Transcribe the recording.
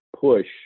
push